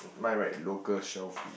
mine write local shellfish